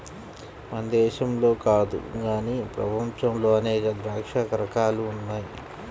మన దేశంలో కాదు గానీ ప్రపంచంలో అనేక ద్రాక్ష రకాలు ఉన్నాయి